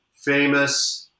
famous